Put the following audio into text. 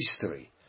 history